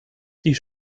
die